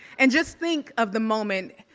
and just think of the moment,